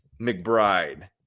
McBride